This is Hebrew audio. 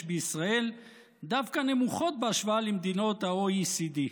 בישראל דווקא נמוכות בהשוואה למדינות ה-OECD.